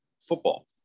football